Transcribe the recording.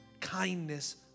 Kindness